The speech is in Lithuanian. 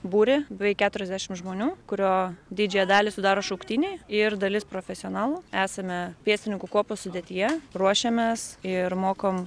būrį beveik keturiasdešim žmonių kurio didžiąją dalį sudaro šauktiniai ir dalis profesionalų esame pėstininkų kuopos sudėtyje ruošiamės ir mokom